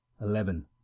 eleven